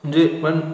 म्हणजे पण